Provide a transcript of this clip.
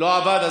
לא עבד?